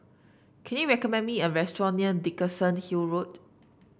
can you recommend me a restaurant near Dickenson Hill Road